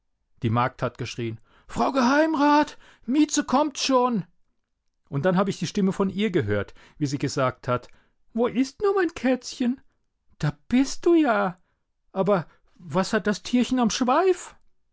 die magd hat geschrien frau geheimrat mieze kommt schon und dann habe ich die stimme von ihr gehört wie sie gesagt hat wo ist nur mein kätzchen da bist du ja aber was hat das tierchen am schweif